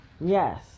Yes